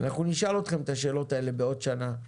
אנחנו נשאל אתכם את השאלות האלה בעוד שנה,